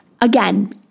again